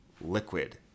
liquid